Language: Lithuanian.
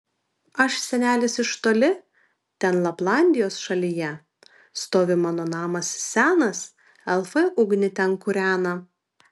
aš senelis iš toli ten laplandijos šalyje stovi mano namas senas elfai ugnį ten kūrena